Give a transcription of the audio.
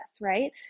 Right